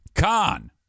Con